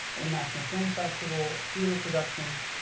a national film festival, theater productions.